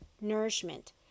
nourishment